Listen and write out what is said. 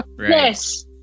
Yes